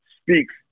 speaks